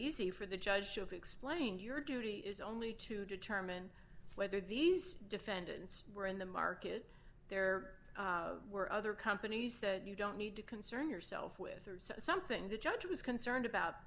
easy for the judge to explain your duty is only to determine whether these defendants were in the market there were other companies that you don't need to concern yourself with something the judge was concerned about